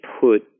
put